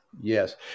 Yes